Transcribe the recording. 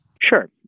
Sure